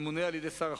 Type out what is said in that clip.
ממונה על-ידי שר החוץ,